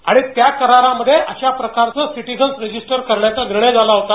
आणि त्या करारामध्ये अशा प्रकारचं सिटीझन रजिस्टर करण्याचा निर्णय झाला होता